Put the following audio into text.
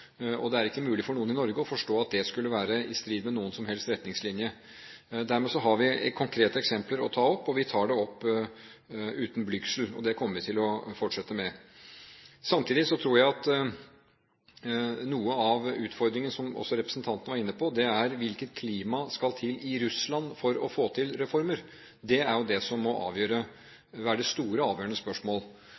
og det er ikke mulig for noen i Norge å forstå at det skulle være i strid med noen som helst retningslinje. Dermed har vi konkrete eksempler å ta opp, og vi tar dem opp, uten blygsel. Det kommer vi til å fortsette med. Samtidig tror jeg at noe av utfordringen, som representanten også var inne på, er hvilket klima som skal til i Russland for å få til reformer. Det er jo det som må være det store og avgjørende spørsmål.